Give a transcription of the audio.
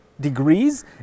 degrees